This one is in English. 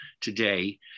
today